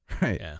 Right